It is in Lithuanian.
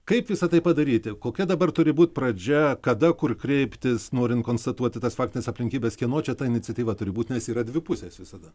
kaip visa tai padaryti kokia dabar turi būt pradžia kada kur kreiptis norint konstatuoti tas faktines aplinkybes kieno čia ta iniciatyva turi būt nes yra dvi pusės visada